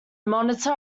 monitor